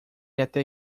até